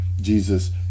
jesus